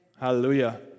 Hallelujah